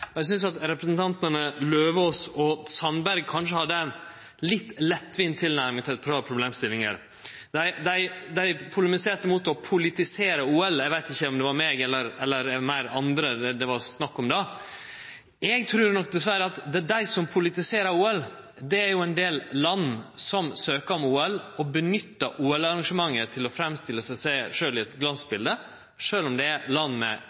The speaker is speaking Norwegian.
Eg synest at representantane Eidem Løvaas og Sandberg kanskje hadde ei litt lettvinn tilnærming til eit par problemstillingar. Dei polemiserte mot å politisere OL – eg veit ikkje om det var meg eller andre det då var snakk om. Eg trur nok dessverre at det er dei som politiserer OL. Det er ein del land som søkjer om OL og nyttar OL-arrangementet til å framstille seg sjølve som eit glansbilde, sjølv om det er land med